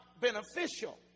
beneficial